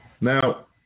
Now